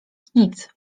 nic